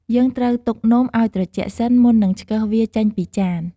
យើងត្រូវទុកនំឲ្យត្រជាក់សិន មុននឹងឆ្កឹះវាចេញពីចាន។